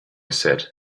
said